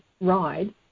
ride